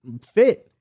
fit